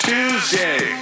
Tuesday